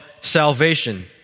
salvation